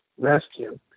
rescue